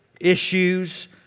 issues